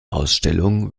ausstellung